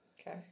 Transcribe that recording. Okay